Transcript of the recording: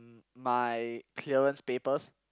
my clearance papers